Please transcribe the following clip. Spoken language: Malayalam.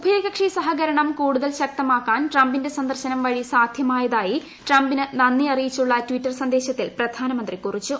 ഉഭയകക്ഷി സഹകരണം കൂടുതൽ ശക്തമാക്കാൻ ട്രംപിന്റെ സന്ദർശനം വഴി സാധ്യമായതായി ട്രംപിന് നന്ദി അറിയിച്ചുള്ള ട്വിറ്റർ സന്ദേശത്തൽ പ്രധാനമന്ത്രി കുറിച്ചു